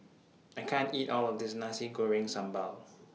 I can't eat All of This Nasi Goreng Sambal